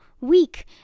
weak